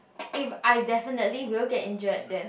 if I definitely will get injured then